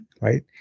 Right